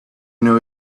know